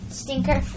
stinker